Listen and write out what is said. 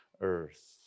earth